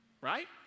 right